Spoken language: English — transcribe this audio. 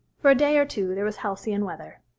for a day or two there was halcyon weather.